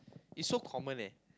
is so common leh